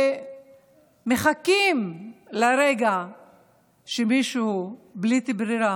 מחכים לרגע שמישהו בלית ברירה